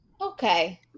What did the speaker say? Okay